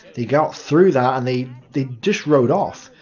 they got through that and they they just rode off,